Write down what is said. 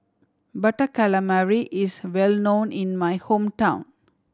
Butter Calamari is well known in my hometown